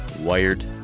wired